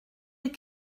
les